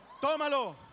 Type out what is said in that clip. Tómalo